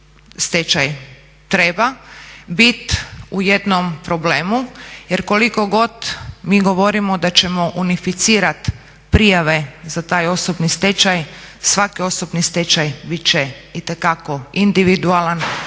treba bit u jednom problemu jer koliko god mi govorimo da ćemo unificirat prijave za taj osobni stečaj, svaki osobni stečaj bit će itekako individualan